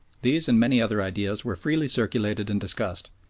these and many other ideas were freely circulated and discussed,